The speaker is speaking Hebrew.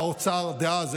באוצר דאז.